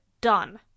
done